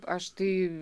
aš tai